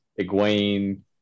Egwene